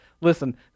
Listen